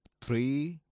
three